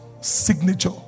signature